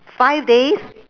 five days